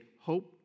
hope